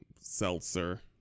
seltzer